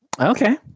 Okay